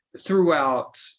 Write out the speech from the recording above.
throughout